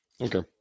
Okay